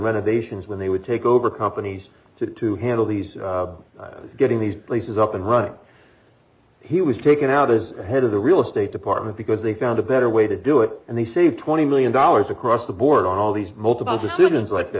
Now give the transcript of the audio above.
renovations when they would take over companies to to handle these getting these places up and running he was taken out as head of the real estate department because they found a better way to do it and they saved twenty million dollars across the board on all these multiple